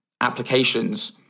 applications